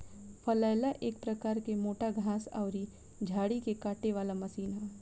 फलैल एक प्रकार के मोटा घास अउरी झाड़ी के काटे वाला मशीन ह